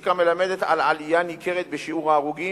הסטטיסטיקה מלמדת על עלייה ניכרת בשיעור ההרוגים,